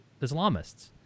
Islamists